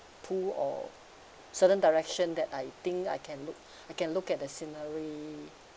pool or certain direction that I think I can look I can look at the scenery